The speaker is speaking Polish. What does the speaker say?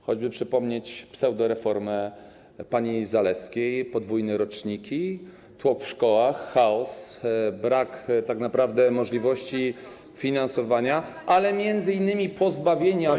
Choćby trzeba przypomnieć pseudoreformę pani Zalewskiej, podwójne roczniki, tłok w szkołach, chaos, brak tak naprawdę możliwości finansowania i m.in. pozbawienie.